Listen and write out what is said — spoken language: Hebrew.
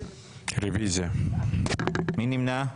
מי נמנע?